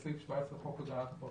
יש את סעיף 17 לחוק הגנת הפרטיות,